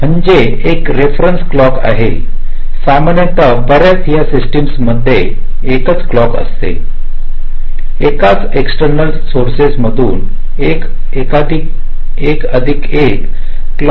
म्हणजे एक reference clock आहे सामान्यत बऱ्याच याच सिस्टिम मध्ये एकच क्लॉकअसते एकाच एक्स्टनिल सौरसेस मधून एक कधी एक क्लॉक्स असू शकतात